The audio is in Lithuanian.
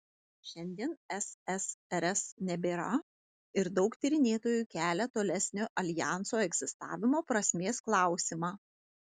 šiandien ssrs nebėra ir daug tyrinėtojų kelia tolesnio aljanso egzistavimo prasmės klausimą